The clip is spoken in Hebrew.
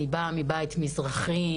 אני באה מבית מזרחי,